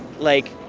like,